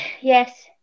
yes